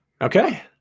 Okay